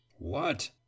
What